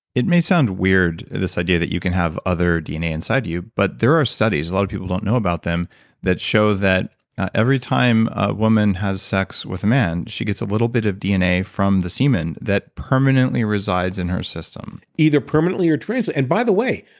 it may sound weird this idea that you can have other dna inside you, but there are studies a lot of people don't know about them that show that every time a woman has sex with a man, she gets a little bit of dna from the semen that permanently resides in her system. either permanently or transit. and by the way,